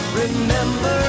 remember